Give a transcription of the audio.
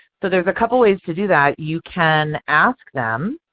so there's a couple ways to do that. you can ask them.